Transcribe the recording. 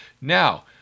Now